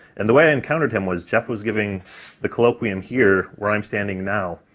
and the way i encountered him was jeff was giving the colloquium here, where i'm standing now,